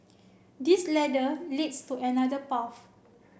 this ladder leads to another path